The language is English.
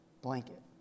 Blanket